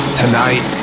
tonight